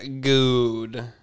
good